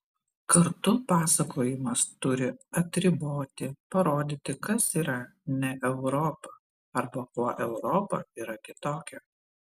kartu pasakojimas turi atriboti parodyti kas yra ne europa arba kuo europa yra kitokia